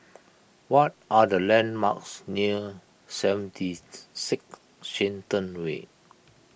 what are the landmarks near seventy six Shenton Way